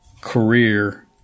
career